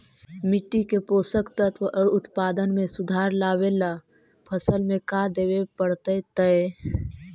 मिट्टी के पोषक तत्त्व और उत्पादन में सुधार लावे ला फसल में का देबे पड़तै तै?